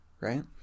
right